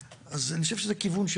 אז אני חושב שזה כיוון.